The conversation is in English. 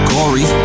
Corey